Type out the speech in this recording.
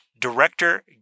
director